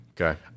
okay